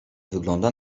wygląda